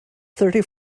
thirty